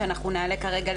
שאנחנו נעלה כרגע.